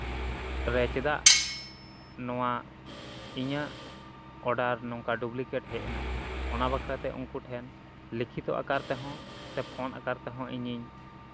ᱨᱮ ᱪᱮᱫᱟᱜ ᱱᱚᱣᱟ ᱤᱧᱟᱹᱜ ᱚᱰᱟᱨ ᱱᱚᱝᱠᱟ ᱰᱩᱵᱽᱞᱤᱠᱮᱴ ᱦᱮᱡ ᱮᱱᱟ ᱚᱱᱟ ᱵᱟᱠᱷᱨᱟ ᱛᱮ ᱩᱱᱠᱩ ᱴᱷᱮᱱ ᱞᱤᱠᱷᱤᱛᱤ ᱟᱠᱟᱨ ᱛᱮᱦᱚᱸ ᱥᱮ ᱯᱷᱳᱱ ᱟᱠᱟᱨ ᱛᱮᱦᱚᱸ ᱤᱧᱤᱧ